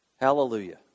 Hallelujah